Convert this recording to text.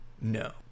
No